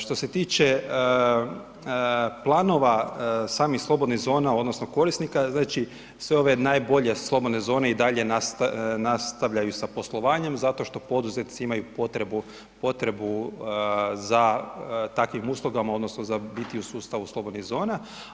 Što se tiče planova samih slobodnih zona odnosno korisnika znači sve ove najbolje slobodne zone i dalje nastavljaju sa poslovanjem zato što poduzetnici imaju potrebu za takvim uslugama odnosno za biti u sustavu slobodnih zona.